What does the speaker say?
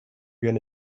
going